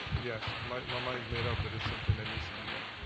yes, my mind's made up, but it's something that needs to be done.